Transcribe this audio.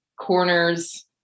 corners